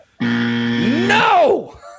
No